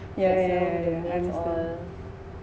yeah yeah and all